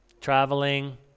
traveling